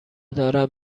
دارم